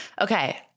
Okay